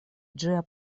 ĝia